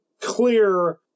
clear